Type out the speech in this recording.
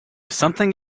something